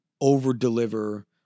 over-deliver